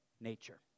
nature